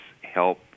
help